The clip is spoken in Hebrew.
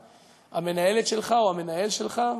המנהלת שלך או המנהל שלך,